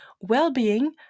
well-being